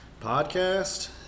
Podcast